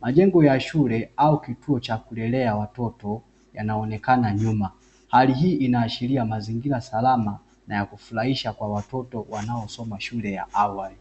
Majengo ya shule au kituo cha kulelea watoto yanaonekana nyuma. Hali hii inaashiria mazingira salama na ya kufurahisha kwa watoto wanaosoma shule ya awali.